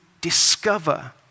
discover